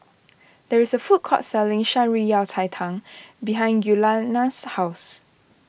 there is a food court selling Shan Rui Yao Cai Tang behind Giuliana's house